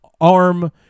arm